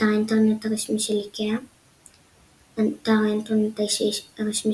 אתר האינטרנט הרשמי של איקאה אתר האינטרנט הרשמי